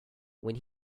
when